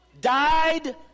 died